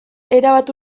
erabat